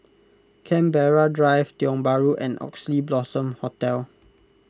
Canberra Drive Tiong Bahru and Oxley Blossom Hotel